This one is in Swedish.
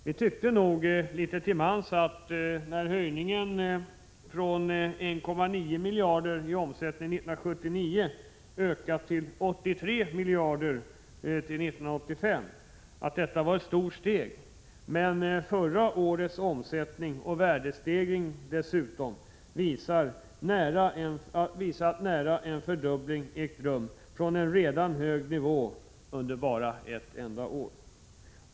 Vi tyckte nog litet till mans att det var ett stort steg när omsättningen ökade från 1,9 miljarder 1979 till 83 miljarder 1985, men förra årets omsättning och värdestegring visar att nära en fördubbling har ägt rum från en redan hög nivå under ett enda år.